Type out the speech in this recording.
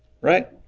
right